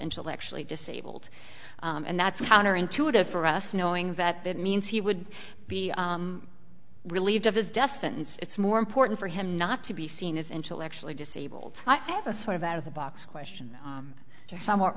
intellectually disabled and that's counterintuitive for us knowing that that means he would be relieved of his death sentence it's more important for him not to be seen as intellectually disabled i have a sort of out of the box question somewhat